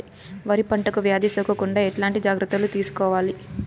వరి పంటకు వ్యాధి సోకకుండా ఎట్లాంటి జాగ్రత్తలు తీసుకోవాలి?